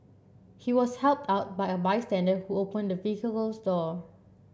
he was helped out by a bystander who opened the vehicle's door